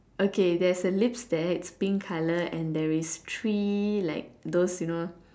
okay there's a lips there it's pink colour and there is three like those you know